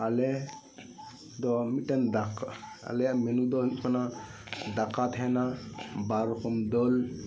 ᱟᱞᱮ ᱫᱚ ᱢᱤᱫ ᱴᱟᱝ ᱫᱟᱠᱟ ᱟᱞᱮᱭᱟᱜ ᱢᱮᱱᱩ ᱫᱚ ᱦᱳᱭᱳᱜ ᱠᱟᱱᱟ ᱫᱟᱠᱟ ᱛᱟᱦᱮᱱᱟ ᱵᱟᱨ ᱨᱚᱠᱚᱢ ᱫᱟᱹᱞ